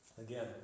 Again